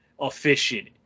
efficient